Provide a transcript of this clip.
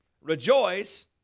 Rejoice